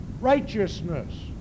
righteousness